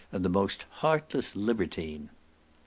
and most heartless libertine.